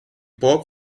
burg